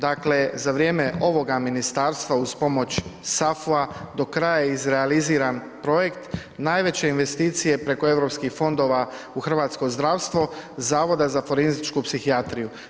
Dakle za vrijeme ovoga ministarstva uz pomoć SAFOA do kraja je izrealiziran projekt najveće investicije preko europskih fondova u hrvatsko zdravstvo, Zavoda za forenzičku psihijatriju.